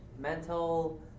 mental